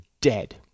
dead